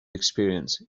experience